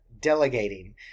delegating